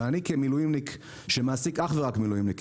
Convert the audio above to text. אבל אני כמילואימניק שמעסיק אך ורק מילואימניקים,